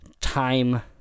time